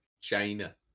China